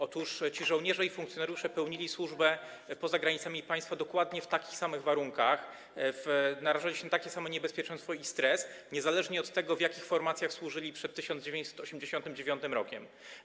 Otóż ci żołnierze i funkcjonariusze pełnili służbę poza granicami państwa dokładnie w takich samych warunkach, narażali się na takie samo niebezpieczeństwo i stres, niezależnie od tego, w jakich formacjach służyli przed 1989 r.